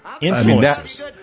influences